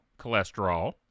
cholesterol